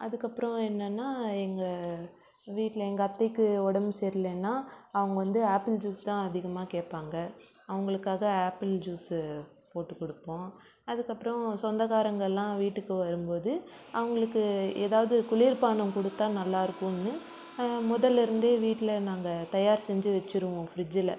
அதுக்கு அப்பறம் என்னன்னால் எங்கள் வீட்டில் எங்கள் அத்தைக்கு உடம்பு சரி இல்லைனால் அவங்க வந்து ஆப்பிள் ஜூஸ் தான் அதிகமாக கேட்பாங்க அவங்களுக்காக ஆப்பிள் ஜூஸு போட்டு கொடுப்போம் அதுக்கு அப்பறம் சொந்தக்காரங்க எல்லாம் வீட்டுக்கு வரும் போது அவங்களுக்கு ஏதாவது குளிர்பானம் கொடுத்தா நல்லா இருக்கும்னு முதலில் இருந்தே வீட்டில் நாங்கள் தயார் செஞ்சு வச்சுருவோம் ஃப்ரிட்ஜில்